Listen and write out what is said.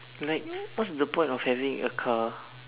like what's the point of having a car